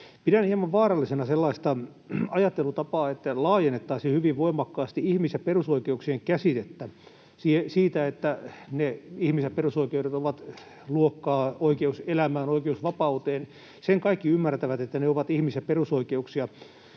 Pidän hieman vaarallisena sellaista ajattelutapaa, että laajennettaisiin hyvin voimakkaasti ihmis‑ ja perusoikeuksien käsitettä siitä, että ihmis‑ ja perusoikeudet ovat luokkaa oikeus elämään, oikeus vapauteen. Sen kaikki ymmärtävät, että ne ovat ihmis‑ ja perusoikeuksia,